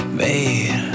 made